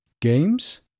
games